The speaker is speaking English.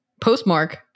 Postmark